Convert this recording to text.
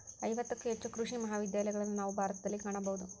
ಐವತ್ತಕ್ಕೂ ಹೆಚ್ಚು ಕೃಷಿ ಮಹಾವಿದ್ಯಾಲಯಗಳನ್ನಾ ನಾವು ಭಾರತದಲ್ಲಿ ಕಾಣಬಹುದು